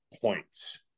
points